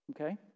Okay